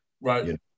right